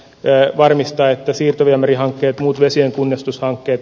vee varmistaa että siirtoviemärihankkeet muut vesienkunnostushankkeet